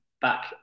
back